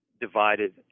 divided